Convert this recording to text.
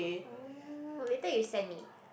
oh later you send me